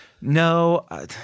No